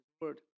Word